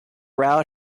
route